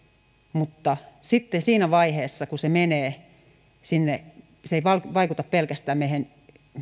mutta sitten siinä vaiheessa kun se menee siihen että se ei vaikuta pelkästään meihin